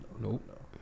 nope